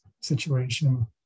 situation